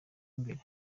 imbere